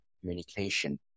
communication